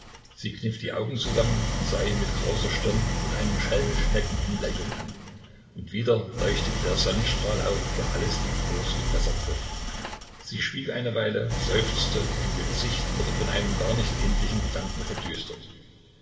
sie kniff die augen zusammen und sah ihn mit krauser stirne mit einem schelmisch neckenden lächeln an und wieder leuchtete der sonnenstrahl auf der alles liebkost was er trifft sie schwieg eine weile seufzte und ihr gesicht wurde von einem gar nicht kindlichen gedanken verdüstert